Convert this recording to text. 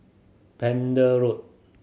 Pender Road